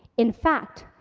in fact,